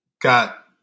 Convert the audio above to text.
got